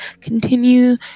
continue